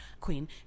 queen